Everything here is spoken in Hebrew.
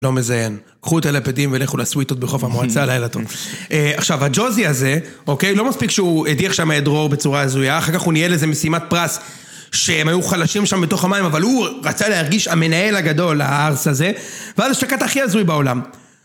לא מזיין, קחו טלפדים ולכו לסוויטות בחוף המועצה הלילתון עכשיו, הג'וזי הזה, אוקיי? לא מספיק שהוא הדיח שם את דרור בצורה הזויה אחר כך הוא נהיה לזה משימת פרס שהם היו חלשים שם בתוך המים אבל הוא רצה להרגיש המנהל הגדול הערס הזה, ואז יש לקטע הכי הזוי בעולם